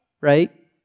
right